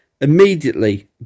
immediately